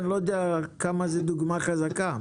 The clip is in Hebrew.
אני לא יודע אם EMC היא דוגמה טובה.